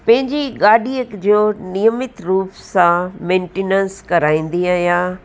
पंहिंजी गाॾीअ जो नियमित रुप सां मेंटेनेंस कराईंदी आहियां